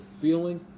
feeling